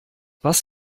was